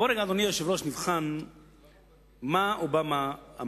אדוני היושב-ראש, מה אמר אובמה?